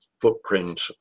footprint